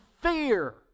fear